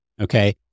Okay